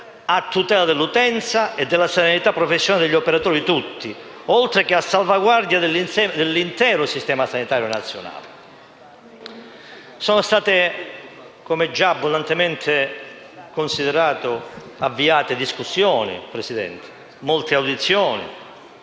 a tutela dell'utenza e della serenità professionale degli operatori tutti, oltre che a salvaguardia dell'intero sistema sanitario nazionale. Come già abbondantemente considerato, sono state avviate discussioni, molte audizioni,